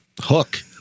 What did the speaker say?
Hook